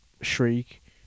Shriek